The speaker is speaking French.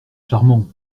charmant